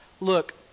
look